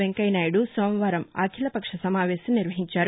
వెంకయ్యనాయుడు సోమవారం అఖీలపక్ష సమావేశం నిర్వహించారు